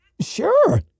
Sure